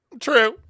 True